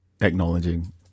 acknowledging